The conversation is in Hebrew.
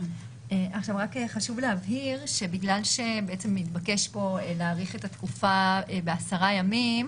חשוב להבהיר שבגלל שמתבקש כאן להאריך את התקופה ב-10 ימים,